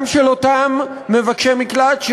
גם של אותם מבקשי מקלט,